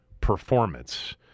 performance